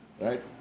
Right